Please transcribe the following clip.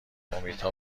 امیدها